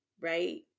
right